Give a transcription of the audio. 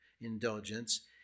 indulgence